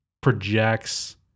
projects